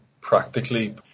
practically